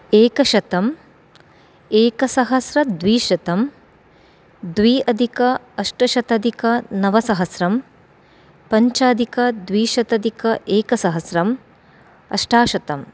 एकशतम् एकसहस्रद्विशतम् द्वि अधिक अष्टशत अधिकनवसहस्रम् पञ्चाधिकद्विशत अधिक एकसहस्रम् अष्टाशतम्